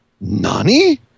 Nani